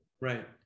right